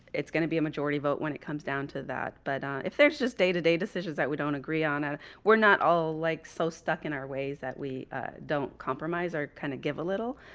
it's going to be a majority vote when it comes down to that. but if there's just day to day decisions that we don't agree on, ah we're not all like so stuck in our ways that we don't compromise or kind of give a little,